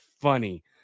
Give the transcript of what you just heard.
funny